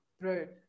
Right